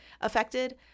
Affected